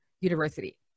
university